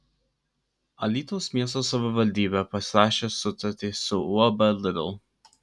alytaus miesto savivaldybė pasirašė sutartį su uab lidl